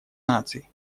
наций